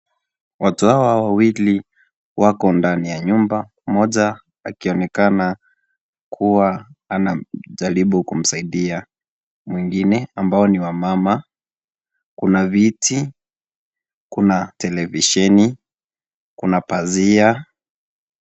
Watu hawa wawili wako ndani ya nyumba, mmoja akionekana kuwa anajaribu kumsaidia mwingine, ambao ni wamama. Kuna viti, kuna televisheni, kuna pazia.